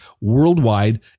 worldwide